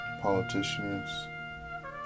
politicians